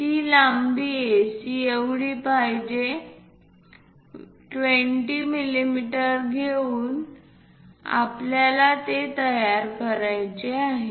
ती लांबी AC एवढी म्हणजेच 20 मिमी घेऊन आपल्याला ते तयार करायचे आहे